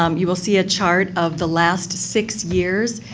um you will see a chart of the last six years.